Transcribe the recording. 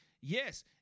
yes